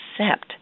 accept